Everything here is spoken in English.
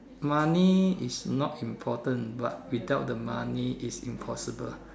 money is not important but without the money is impossible